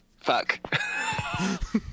Fuck